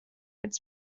its